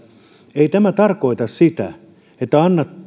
ei tämä tarkoita sitä että